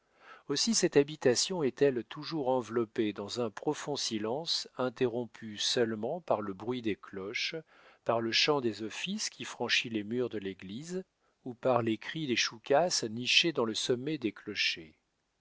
aussi cette habitation est-elle toujours enveloppée dans un profond silence interrompu seulement par le bruit des cloches par le chant des offices qui franchit les murs de l'église ou par les cris des choucas nichés dans le sommet des clochers